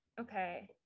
Okay